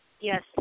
Yes